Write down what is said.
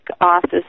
office